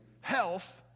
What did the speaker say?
health